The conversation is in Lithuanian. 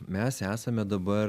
mes esame dabar